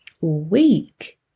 week